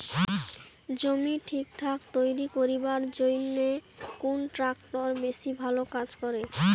জমি ঠিকঠাক তৈরি করিবার জইন্যে কুন ট্রাক্টর বেশি ভালো কাজ করে?